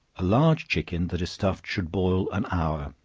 a large chicken that is stuffed should boil an hour,